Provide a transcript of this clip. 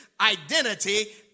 identity